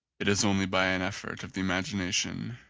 it is only by an effort of the imagination,